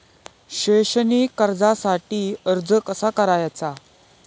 शैक्षणिक कर्जासाठी अर्ज कसा करायचा?